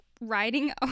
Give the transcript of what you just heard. riding